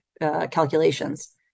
calculations